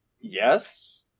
yes